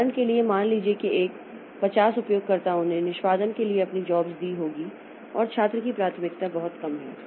उदाहरण के लिए मान लीजिए कि 50 उपयोगकर्ताओं ने निष्पादन के लिए अपनी जॉब्स दी होगी और छात्र की प्राथमिकता बहुत कम है